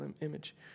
image